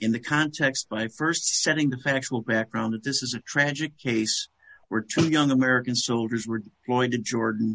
in the context by st setting the factual background that this is a tragic case were two young american soldiers were going to jordan